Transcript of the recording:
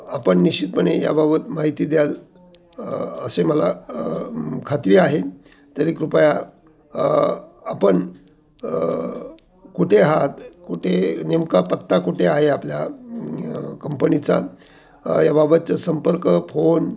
आपण निश्चितपणे याबाबत माहिती द्याल असे मला खात्री आहे तरी कृपया आपण कुठे आहात कुठे नेमका पत्ता कुठे आहे आपल्या कंपनीचा याबाबतचं संपर्क फोन